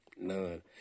None